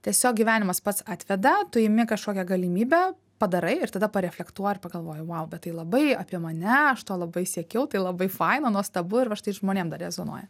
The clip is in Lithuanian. tiesiog gyvenimas pats atveda tu imi kažkokią galimybę padarai ir tada pareflektuoji ir pagalvoji vau bet tai labai apie mane aš tuo labai siekiau tai labai faina nuostabu ir va štai žmonėm dar rezonuoja